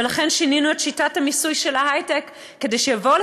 לכן שינינו את שיטת המיסוי של ההיי-טק כדי שיבואו